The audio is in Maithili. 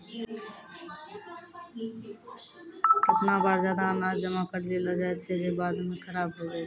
केतना बार जादा अनाज जमा करि लेलो जाय छै जे बाद म खराब होय जाय छै